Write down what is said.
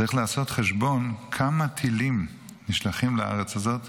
צריך לעשות חשבון כמה טילים נשלחים לארץ הזאת,